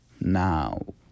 Now